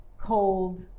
cold